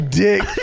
dick